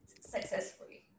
successfully